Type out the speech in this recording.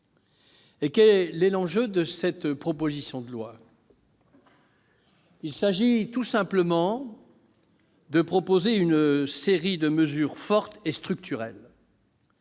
Quel est l'enjeu de cette proposition de loi ? Tout simplement de proposer une série de mesures fortes et structurelles.